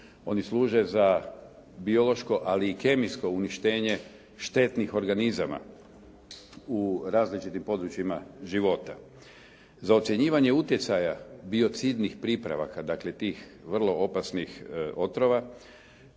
Oni služe za biološko, ali i kemijsko uništenje štetnih organizama u različitim područjima života. Za ocjenjivanje utjecaja biocidnih pripravaka, dakle tih vrlo opasnih otrova